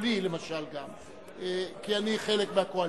בקולי למשל גם, כי אני חלק מהקואליציה,